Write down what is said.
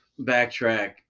backtrack